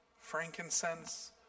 frankincense